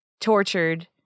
tortured